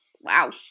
Wow